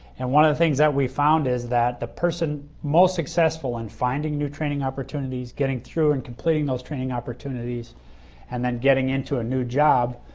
and one of the things that we found is that the person most successful if and finding new training opportunities, getting through and completing those training opportunities and then getting into a new job,